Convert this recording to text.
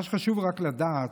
חשוב רק לדעת,